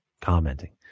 commenting